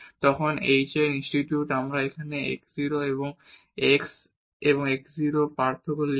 তখন h এর এই ইনস্টিটিউট x এবং এই x 0 এর পার্থক্য লিখব